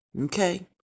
Okay